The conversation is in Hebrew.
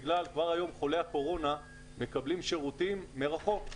כבר היום חולי הקורונה מקבלים שירותים מרחוק.